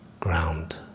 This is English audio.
ground